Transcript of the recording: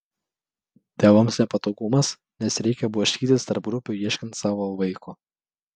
tėvams nepatogumas nes reikia blaškytis tarp grupių ieškant savo vaiko